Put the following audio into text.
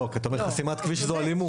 לא, אתה אומר שחסימת כביש זאת אלימות.